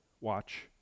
watch